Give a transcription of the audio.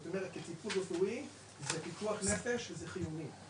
זאת אומרת לטיפול רפואי זה פיקוח נפש וזה חיוני,